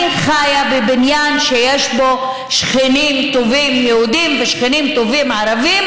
אני חיה בבניין שיש בו שכנים טובים יהודים ושכנים טובים ערבים,